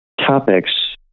topics